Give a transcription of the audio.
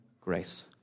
grace